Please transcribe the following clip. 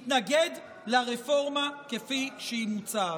מתנגד לרפורמה כפי שהיא מוצעת.